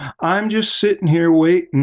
i'm just sitting here waiting,